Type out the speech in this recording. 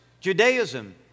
Judaism